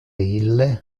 ille